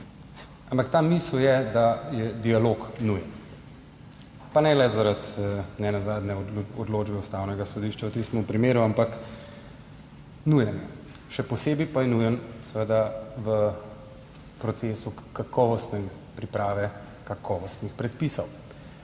Ta misel je, da je dialog nujen. Pa ne le zaradi nenazadnje odločbe Ustavnega sodišča v tistem primeru, ampak nujen, še posebej pa je nujen v procesu kakovostne priprave kakovostnih predpisov.